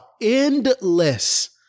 endless